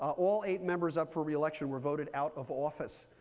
all eight members up for reelection were voted out of office.